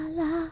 la